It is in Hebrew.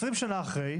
20 שנים אחרי